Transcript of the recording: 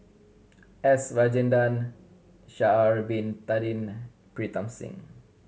S Rajendran Sha'ari Bin Tadin Pritam Singh